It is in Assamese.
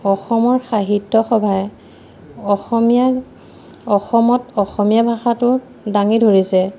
অসমৰ সাহিত্য সভাই অসমীয়া অসমত অসমীয়া ভাষাটো দাঙি ধৰিছে